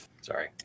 Sorry